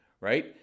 Right